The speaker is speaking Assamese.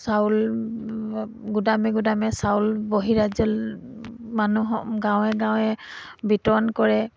চাউল গুদামে গুদামে চাউল বহিৰাজ্য় মানুহ গাঁৱে গাঁৱে বিতৰণ কৰে